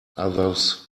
others